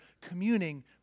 communing